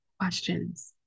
questions